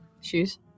Shoes